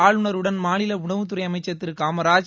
ஆளுநருடன் மாநில உணவுத்துறை அமைச்ச் திரு காமராஜ்